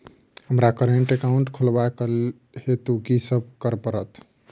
हमरा current account खोलेवाक हेतु की सब करऽ पड़त?